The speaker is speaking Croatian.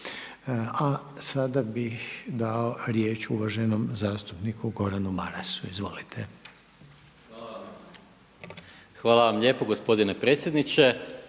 A sada bih dao riječ uvaženom zastupniku Gordanu Marasu. Izvolite. **Maras, Gordan (SDP)** Hvala lijepo gospodine predsjedniče.